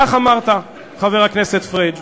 כך אמרת, חבר הכנסת פריג'.